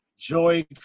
joy